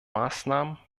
maßnahmen